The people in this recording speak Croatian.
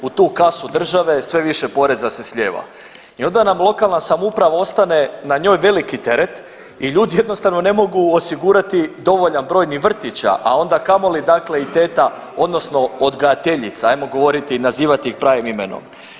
U tu kasu države sve više poreza se slijeva i onda nam lokalna samouprava ostane na njoj veliki teret i ljudi jednostavno ne mogu osigurati dovoljan broj ni vrtića, a onda kamoli i teta odnosno odgajateljica, ajmo govoriti i nazivati ih pravim imenom.